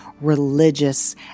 religious